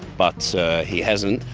but he hasn't.